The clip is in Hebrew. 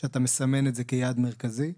שאתה מסמן את זה כיעד מרכזי.